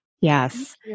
Yes